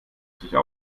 richtig